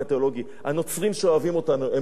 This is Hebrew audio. הנוצרים שאוהבים אותנו, הם אוהבים את הסוף שלנו.